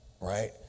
Right